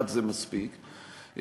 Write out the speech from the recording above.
זה מספיק,